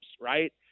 right